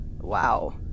wow